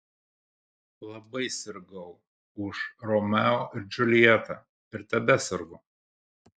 labai sirgau už romeo ir džiuljetą ir tebesergu